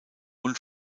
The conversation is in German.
und